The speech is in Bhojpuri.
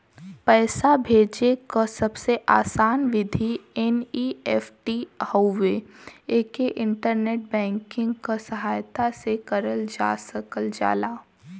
पैसा भेजे क सबसे आसान विधि एन.ई.एफ.टी हउवे एके इंटरनेट बैंकिंग क सहायता से करल जा सकल जाला